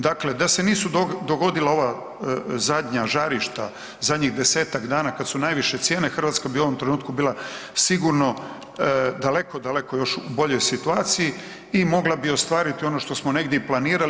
Dakle, da se nisu dogodila ova zadnja žarišta, zadnjih desetak dana kada su najviše cijene Hrvatska bi u ovom trenutku bila sigurno daleko, daleko u još boljoj situaciji i mogla bi ostvariti ono što smo negdje i planirali.